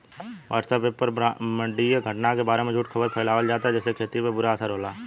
WhatsApp पर ब्रह्माण्डीय घटना के बारे में झूठी खबर फैलावल जाता जेसे खेती पर बुरा असर होता